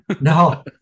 No